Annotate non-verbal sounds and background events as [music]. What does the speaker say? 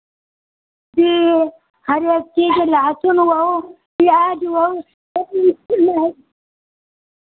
जी हर एक चीज़ लहसुन वहु प्याज़ वहु सब [unintelligible]